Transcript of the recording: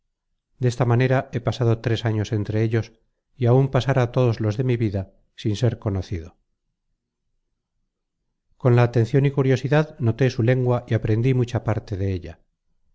tenian desta manera he pasado tres años entre ellos y áun pasara todos los de mi vida sin ser conocido con la atencion y curiosidad noté su lengua y aprendí mucha parte de ella